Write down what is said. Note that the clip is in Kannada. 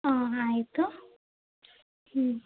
ಹಾಂ ಆಯಿತು ಹ್ಞೂ